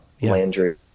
Landry